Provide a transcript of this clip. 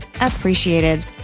appreciated